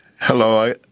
Hello